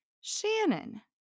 Shannon